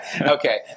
Okay